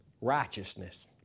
righteousness